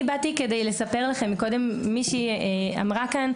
אני באתי כדי לספר לכם מישהי אמרה כאן,